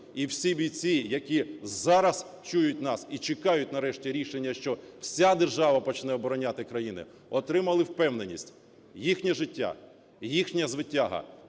і всі бійці, які зараз чують нас і чекають нарешті рішення, що вся держава почне обороняти країну, отримали впевненість – їхнє життя, їхня звитяга